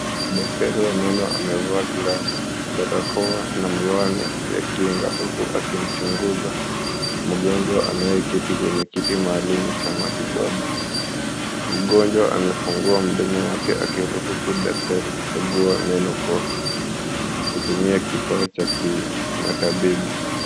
Daktari wa meno amevaa glavu, barakoa na miwani ya kinga, huku akimchunguza mgonjwa anayeketi kwenye kiti maalumu cha matibabu. Mgonjwa amefungua mdomo wake akiruhusu daktari kukagua meno kwa kutumia kifaa cha kimatabibu.